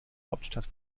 hauptstadt